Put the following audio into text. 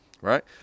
right